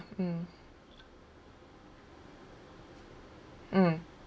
mm mm